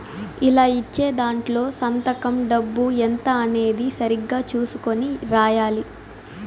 ఇలా ఇచ్చే దాంట్లో సంతకం డబ్బు ఎంత అనేది సరిగ్గా చుసుకొని రాయాలి